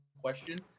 question